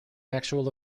actual